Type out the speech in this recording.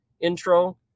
intro